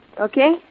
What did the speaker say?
Okay